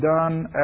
done